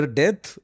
death